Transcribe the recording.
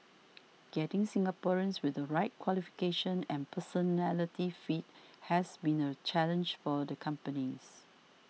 getting Singaporeans with the right qualifications and personality fit has been a challenge for the companies